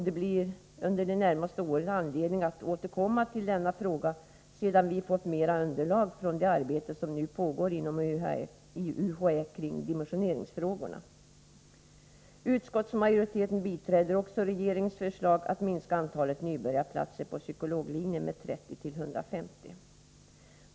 Det blir under de närmaste åren anledning att återkomma till denna fråga, sedan vi fått mer underlag från det arbete som nu pågår inom UHÄ kring dimensioneringsfrågorna. Utskottsmajoriteten biträder också regeringens förslag att minska antalet nybörjarplatser på psykologlinjen med 30 till 150.